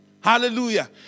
Hallelujah